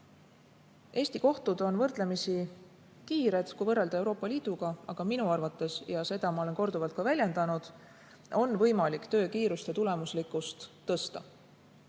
Eesti kohtud on võrdlemisi kiired, kui võrrelda Euroopa Liiduga, aga minu arvates – ja seda ma olen korduvalt väljendanud – on võimalik töö kiirust ja tulemuslikkust tõsta.